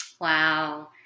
Wow